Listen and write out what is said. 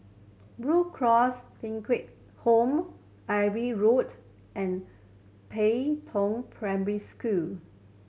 Blue Cross Thong Kheng Home Irving Road and Pei Tong Primary School